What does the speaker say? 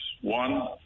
One